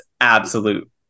absolute